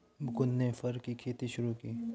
मुकुन्द ने फर की खेती शुरू की